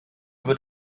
wird